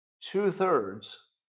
Two-thirds